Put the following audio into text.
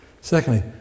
Secondly